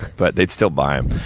but they'd still buy um